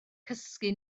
cysgu